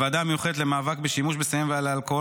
בוועדה המיוחדת למאבק בשימוש בסמים ואלכוהול